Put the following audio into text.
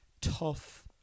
tough